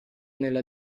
nella